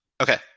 Okay